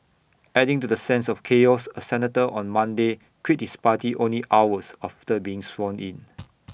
adding to the sense of chaos A senator on Monday quit his party only hours after being sworn in